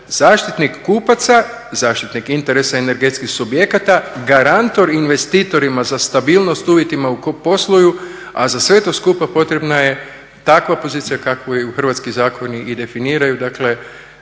zaštitnik kupaca zaštitnik interesa energetskih subjekata, garantor investitorima za stabilnost u uvjetima u kojim posluju, a za sve to skupa potrebna je takva pozicija kakvu ju hrvatski zakoni i definiraju, dakle